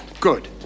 Good